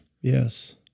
yes